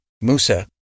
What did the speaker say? Musa